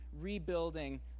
rebuilding